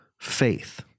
faith